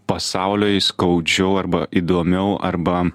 pasauliui skaudžiau arba įdomiau arba